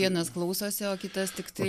vienas klausosi o kitas tiktai